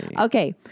Okay